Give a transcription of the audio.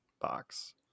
box